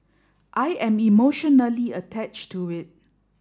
I am emotionally attached to it